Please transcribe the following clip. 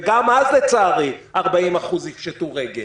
וגם אז לצערי, 40% ישפטו רגל.